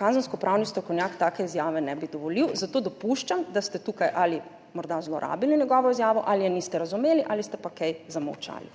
kazenskopravni strokovnjak take izjave ne bi dovolil, zato dopuščam, da ste tukaj ali morda zlorabili njegovo izjavo ali je niste razumeli ali ste pa kaj zamolčali.